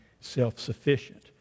self-sufficient